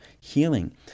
healing